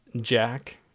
Jack